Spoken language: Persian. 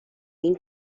این